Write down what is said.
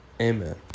Amen